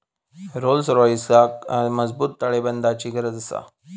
Rolls रॉइसका मजबूत ताळेबंदाची गरज आसा